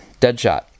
Deadshot